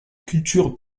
culture